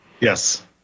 Yes